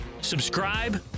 subscribe